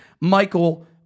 Michael